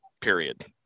period